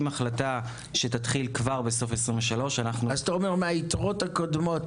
החלטה שתתחיל כבר בסוף 2023. אתה אומר: מהיתרות הקודמות